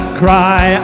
cry